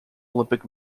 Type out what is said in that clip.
olympic